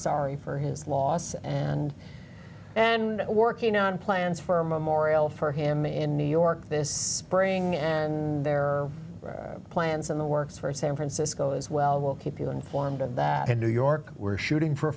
sorry for his loss and and working on plans for a memorial for him in new york this spring and there are plans in the works for san francisco as well we'll keep you informed of that in new york we're shooting for a